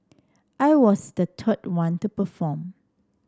I was the third one to perform